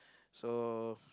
so